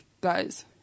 guys